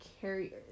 carriers